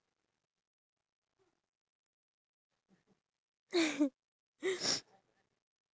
oh you know what you know the um the group the one that you left